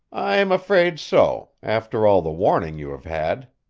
i'm afraid so, after all the warning you have had,